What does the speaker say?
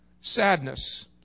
sadness